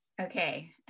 Okay